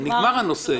נגמר הנושא.